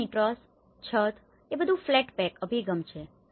તેથી અહીં ટ્રસ છત એ બધું ફ્લેટ પેક અભિગમ છે